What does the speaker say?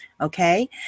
Okay